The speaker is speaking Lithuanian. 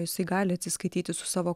jisai gali atsiskaityti su savo